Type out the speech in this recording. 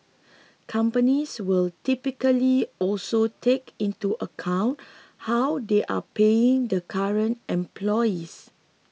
companies will typically also take into account how they are paying the current employees